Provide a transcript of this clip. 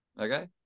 Okay